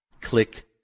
Click